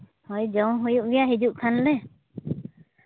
ᱦᱳᱭ ᱡᱚᱢ ᱦᱩᱭᱩᱜ ᱜᱮᱭᱟ ᱦᱤᱡᱩᱜ ᱠᱷᱟᱱ ᱞᱮ